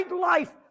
life